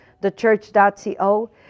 thechurch.co